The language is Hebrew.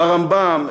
ברמב"ם.